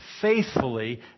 faithfully